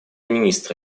министра